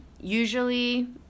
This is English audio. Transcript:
Usually